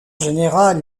général